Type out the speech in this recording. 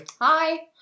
Hi